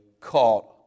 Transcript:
caught